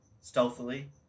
stealthily